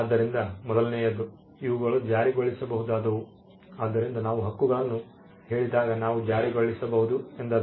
ಆದ್ದರಿಂದ ಮೊದಲನೆಯದು ಇವುಗಳು ಜಾರಿಗೊಳಿಸಬಹುದಾದವು ಆದ್ದರಿಂದ ನಾವು ಹಕ್ಕುಗಳನ್ನು ಹೇಳಿದಾಗ ನಾವು ಜಾರಿಗೊಳಿಸಬಹುದು ಎಂದರ್ಥ